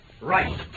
right